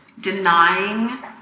denying